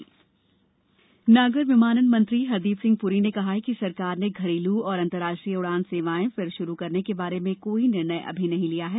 हरदीप पुरी नागर विमानन मंत्री हरदीप सिंह प्री ने कहा है कि सरकार ने घरेलू और अंतर्राष्ट्रीय उडान सेवाएं फिर शुरू करने के बारे में कोई निर्णय अभी नहीं लिया है